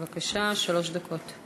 בבקשה, שלוש דקות.